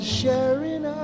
sharing